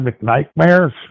nightmares